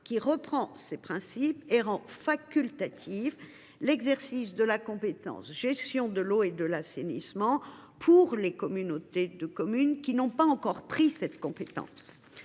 qui reprend ces principes et rend facultatif l’exercice de la compétence de gestion de l’eau et de l’assainissement pour les communautés de communes qui n’ont pas encore reçu cette compétence.